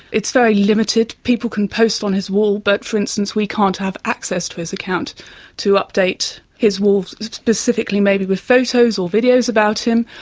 it's very limited. people can post on his wall but, for instance, we can't have access to his account to update his wall specifically maybe with photos or videos about him.